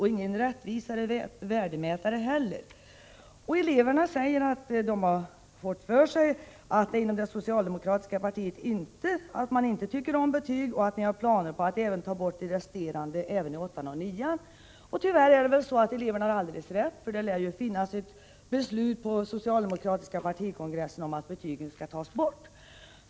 Inte heller finns det någon rättvisare mätare. Eleverna säger att de har fått klart för sig att man inom det socialdemokratiska partiet inte tycker om betyg och att det finns planer på att även ta bort resterande betyg i 8-an och 9-an. Tyvärr har eleverna alldeles rätt, för det lär ju finnas ett beslut vid den socialdemokratiska partikongressen om att dessa betyg skall tas bort.